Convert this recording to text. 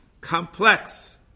Complex